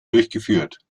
durchgeführt